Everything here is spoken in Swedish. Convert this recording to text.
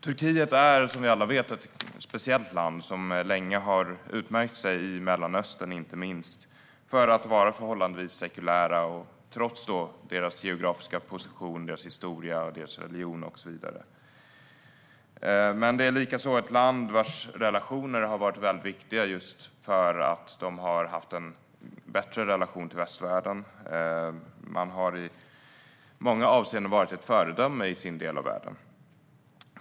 Turkiet är, som vi alla vet, ett speciellt land som länge har utmärkt sig i Mellanöstern, inte minst för att vara förhållandevis sekulärt trots landets geografiska position, historia, religion och så vidare. Det är likaså ett land vars relationer har varit viktiga just för att det har haft en bättre relation till västvärlden. Turkiet har i många avseenden varit ett föredöme i sin del av världen.